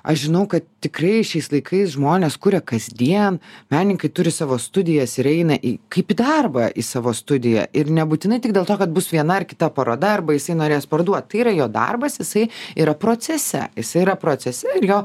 aš žinau kad tikrai šiais laikais žmonės kuria kasdien menininkai turi savo studijas ir eina į kaip į darbą į savo studiją ir nebūtinai tik dėl to kad bus viena ar kita paroda ar baisiai norės parduot tai yra jo darbas jisai yra procese jisai yra procese ir jo